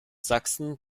sachsen